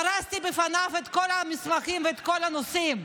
פרסתי בפניו את כל המסמכים ואת כל הנושאים,